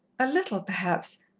a little, perhaps.